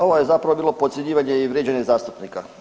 Ovo je zapravo bilo podcjenjivanje i vrijeđanje zastupnika.